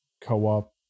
co-op